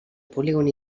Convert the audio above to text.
polígon